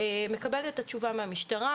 מקבלת את התשובה מהמשטרה.